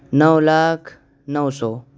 نو لاکھ نو سو